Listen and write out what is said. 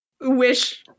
Wish